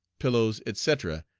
pillows, etc,